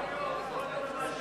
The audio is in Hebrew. כל יום,